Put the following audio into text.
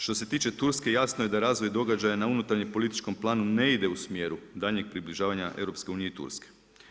Što se tiče Turske jasno je da razvoj događaja na unutarnjem političkom planu ne ide u smjeru daljnjeg približavanja EU i Turske.